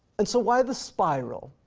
and so why the spiral?